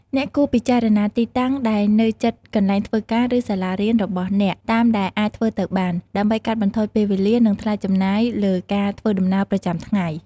អ្នកគួរពិចារណាទីតាំងដែលនៅជិតកន្លែងធ្វើការ ឬសាលារៀនរបស់អ្នកតាមដែលអាចធ្វើទៅបាន ដើម្បីកាត់បន្ថយពេលវេលា និងថ្លៃចំណាយលើការធ្វើដំណើរប្រចាំថ្ងៃ។